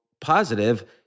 positive